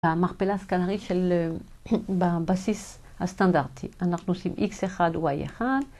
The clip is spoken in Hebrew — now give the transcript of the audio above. המכפלה הסקנרית בבסיס הסטנדרטי, אנחנו עושים x1 y1